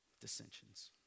Dissensions